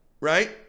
Right